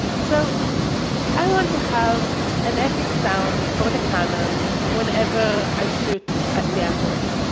so i want to have an epic sound for the cannon whenever i shoot at the androids,